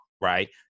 right